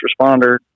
responder